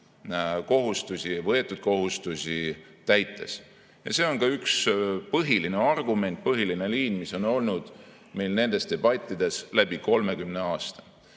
alusel võetud kohustusi täites. See on ka üks põhiline argument, põhiline liin, mis on meil nendes debattides olnud 30 aasta